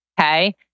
Okay